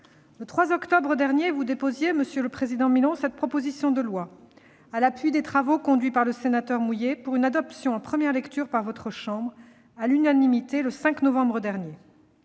Le 3 octobre dernier, vous déposiez, monsieur le président Milon, cette proposition de loi, à l'appui des travaux conduits par le sénateur Philippe Mouiller, avant une adoption en première lecture par votre chambre, à l'unanimité, le 5 novembre.